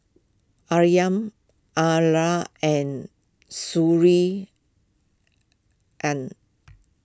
Aryan and Sury and